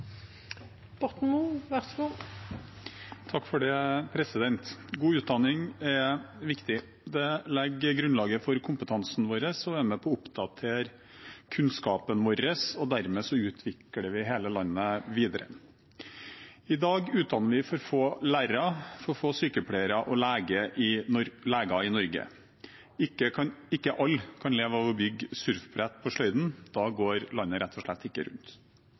med på å oppdatere kunnskapen vår, og dermed utvikler vi hele landet videre. I dag utdanner vi for få lærere, sykepleiere og leger i Norge. Ikke alle kan leve av å bygge «surfbrett på sløyden», da går landet rett og slett ikke rundt.